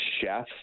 chef